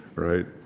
right?